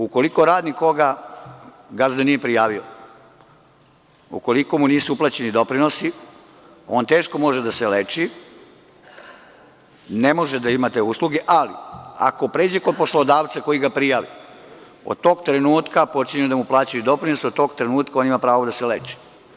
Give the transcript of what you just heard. Ukoliko radnika gazda nije prijavio, ukoliko mu nisu uplaćeni doprinosi, on teško može da se leči, ne može da ima te usluge, ali ako pređe kod poslodavca koji ga prijavi, od tog trenutka počinju da mu uplaćuju doprinos, od tog trenutka on ima pravo da se leči.